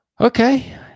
Okay